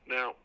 Now